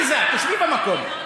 עליזה, תשבי במקום.